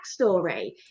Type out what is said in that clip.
backstory